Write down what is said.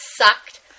sucked